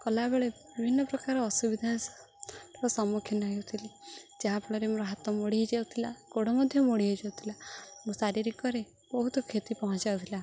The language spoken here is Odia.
କଲାବେଳେ ବିଭିନ୍ନ ପ୍ରକାର ଅସୁବିଧାର ସମ୍ମୁଖୀନ ହେଉଥିଲି ଯାହାଫଳରେ ମୋର ହାତ ମୋଡ଼ି ହେଇଯାଉ ଥିଲା ଗୋଡ଼ ମଧ୍ୟ ମୋଡ଼ି ହେଇଯାଉ ଥିଲା ମୋ ଶାରୀରିକରେ ବହୁତ କ୍ଷତି ପହଞ୍ଚାଉ ଥିଲା